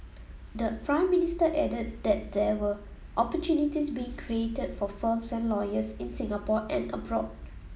the Prime Minister added that there were opportunities being created for firms and lawyers in Singapore and abroad